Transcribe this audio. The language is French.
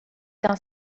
dans